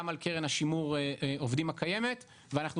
גם על קרן שימור העובדים הקיימת ואנחנו